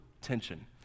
tension